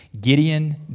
Gideon